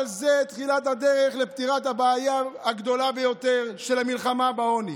אבל זו תחילת הדרך לפתירת הבעיה הגדולה ביותר של המלחמה בעוני.